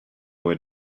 where